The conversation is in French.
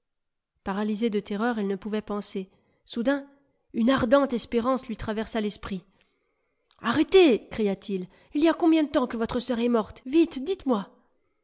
paralysé de terreur il ne pouvait penser soudain une ardente espérance lui traversa l'esprit arrêtez cria-t-il y a combien de temps que votre sœur est morte p vite dites-moi